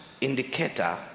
indicator